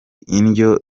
indyo